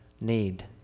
need